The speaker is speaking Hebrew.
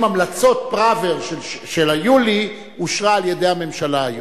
המלצות פראוור של יולי אושרו על-ידי הממשלה היום?